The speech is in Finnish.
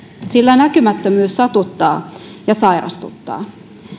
sillä näkymättömyys satuttaa ja sairastuttaa